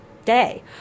day